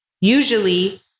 usually